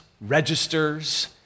registers